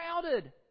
crowded